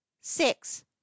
Six